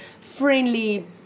friendly